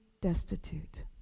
destitute